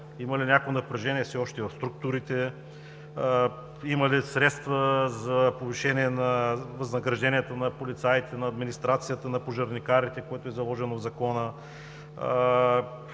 Има ли някакво напрежение все още в структурите? Има ли средства за повишение на възнагражденията на полицаите, на администрацията, на пожарникарите, което е заложено в Закона?